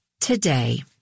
today